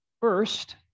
First